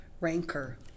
rancor